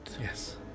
Yes